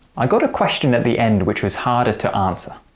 i got a question at the end which was harder to answer